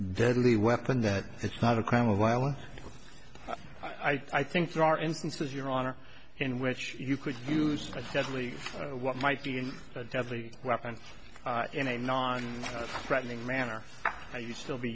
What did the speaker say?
deadly weapon that it's not a crime of violence i think there are instances your honor in which you could use deadly or what might be a deadly weapon in a non threatening manner or you still be